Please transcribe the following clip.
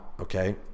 Okay